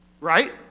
Right